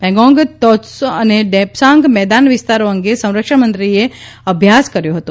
પેંગોંગ ત્સો અને ડેપસાંગ મેદાન વિસ્તારો અંગે સંરક્ષણ મંત્રીએ અભ્યાસ કર્યો હતો